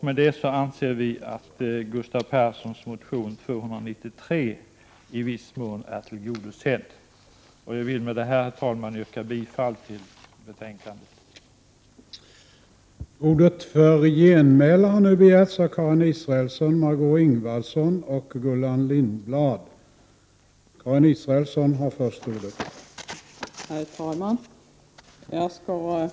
Med detta anser vi att yrkandet i Gustav Perssons motion 293 i viss mån är tillgodosett. Herr talman! Jag vill med detta yrka bifall till utskottets hemställan.